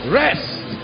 rest